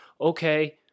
okay